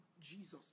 Jesus